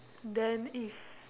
then if